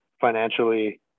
financially